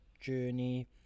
journey